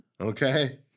Okay